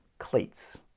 cleats!